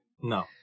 No